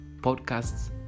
podcasts